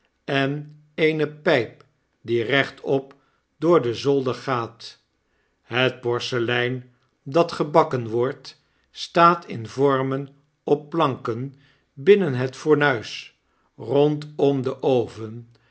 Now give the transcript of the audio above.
en eene pijp die rechtop door den zolder gaat het porselein dat gebakken wordt staat in vormen op planken binnen het fornuis rondom den oven